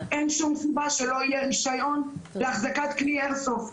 אין שום סיבה שלא יהיה רישיון להחזקת כלי איירסופט.